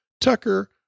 Tucker